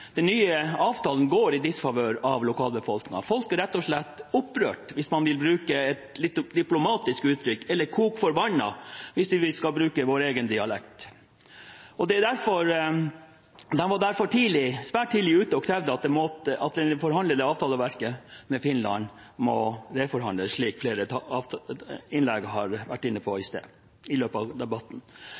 Den nye avtalen går i disfavør av lokalbefolkningen. Folk er rett og slett «opprørt», hvis man vil bruke et litt diplomatisk uttrykk – eller «kok forbanna», hvis vi skal bruke vår egen dialekt. De var derfor svært tidlig ute og krevde at det forhandlede avtaleverket med Finland må reforhandles, slik flere har vært inne på i sine innlegg i løpet av debatten.